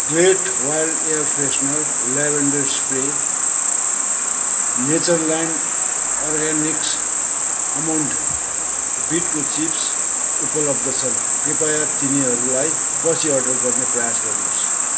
Glade wild air freshener lavender spray Natureland organics almond र दिभा बिटको चिप्स उपलब्ध छन् कृपया तिनीहरूलाई पछि अर्डर गर्ने प्रयास गर्नुहोस्